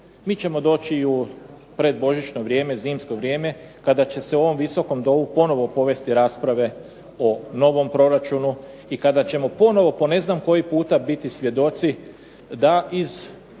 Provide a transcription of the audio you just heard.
mi ćemo doći i u predbožićno vrijeme, zimsko vrijeme kada će se u ovom Visokom domu ponovno povesti rasprave o novom proračunu i kada ćemo ponovo po ne znam koji puta biti svjedoci da iz